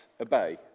obey